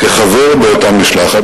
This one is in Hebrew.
כחבר באותה משלחת,